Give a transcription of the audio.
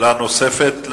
שאלה נוספת?